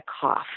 cough